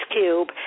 cube